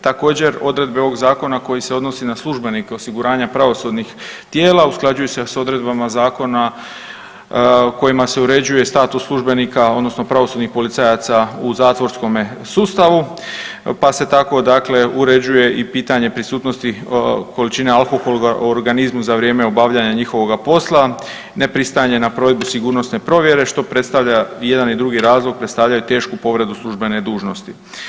Također odredbe ovog Zakona koji se odnosi na službenike osiguranja pravosudnih tijela usklađuju se s odredbama Zakona kojima se uređuje status službenika odnosno pravosudnih policajaca u zatvorskome sustavu, pa se tako dakle uređuje i pitanje prisutnosti količine alkohola u organizmu za vrijeme obavljanja njihovoga posla, nepristajanje na provedbu sigurnosne provjere što predstavlja i jedan i drugi razlog, predstavljaju tešku povredu službene dužnosti.